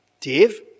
Dave